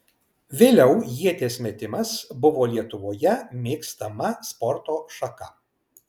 vėliau ieties metimas buvo lietuvoje mėgstama sporto šaka